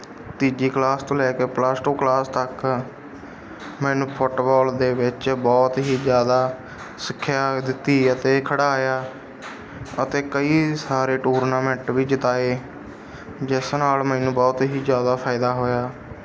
ਤੀਜੀ ਕਲਾਸ ਤੋਂ ਲੈ ਕੇ ਪਲੱਸ ਟੂ ਕਲਾਸ ਤੱਕ ਮੈਨੂੰ ਫੁੱਟਬਾਲ ਦੇ ਵਿੱਚ ਬਹੁਤ ਹੀ ਜ਼ਿਆਦਾ ਸਿੱਖਿਆ ਦਿੱਤੀ ਅਤੇ ਖਿਡਾਇਆ ਅਤੇ ਕਈ ਸਾਰੇ ਟੂਰਨਾਮੈਂਟ ਵੀ ਜਿਤਾਏ ਜਿਸ ਨਾਲ ਮੈਨੂੰ ਬਹੁਤ ਹੀ ਜ਼ਿਆਦਾ ਫਾਇਦਾ ਹੋਇਆ